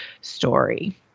story